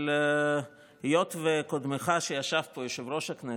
אבל היות שקודמך שישב פה, יושב-ראש הכנסת,